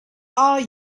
are